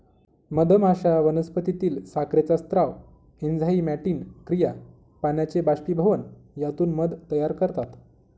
मधमाश्या वनस्पतीतील साखरेचा स्राव, एन्झाइमॅटिक क्रिया, पाण्याचे बाष्पीभवन यातून मध तयार करतात